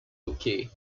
okay